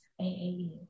AAU